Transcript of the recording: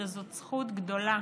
שזו זכות גדולה